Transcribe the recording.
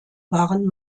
waren